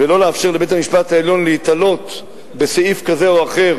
ולא לאפשר לבית-המשפט העליון להיתלות בסעיף כזה או אחר